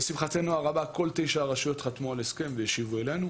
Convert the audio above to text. לשמחתנו הרבה כל תשע הרשויות חתמו על הסכם והשיבו אלינו,